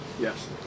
Yes